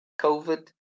COVID